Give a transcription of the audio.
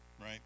right